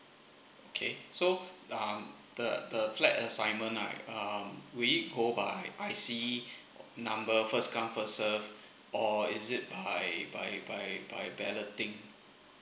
okay so um the the flat assignment like um will it go by I_C number first come first serve or is it by by by by balloting